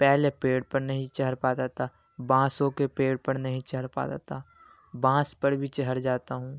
پہلے پیڑ پر نہیں چڑھ پاتا تھا بانسوں کے پیڑ پر نہیں چڑھ پاتا تھا بانس پر بھی چڑھ جاتا ہوں